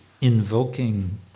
invoking